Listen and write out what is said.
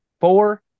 four